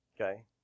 okay